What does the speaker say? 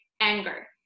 anger